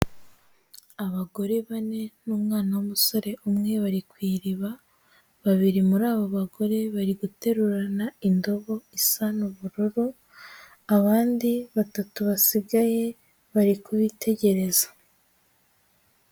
Abagore bane n'umwana w'umusore umwe bari ku iriba, babiri muri abo bagore, bari guterurana indobo isa n'ubururu, abandi batatu basigaye, bari kubitegereza.